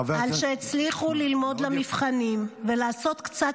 "-- על שהצליחו ללמוד למבחנים ולעשות קצת